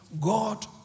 God